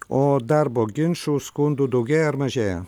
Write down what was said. o darbo ginčų skundų daugėja ar mažėja